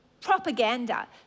propaganda